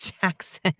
Jackson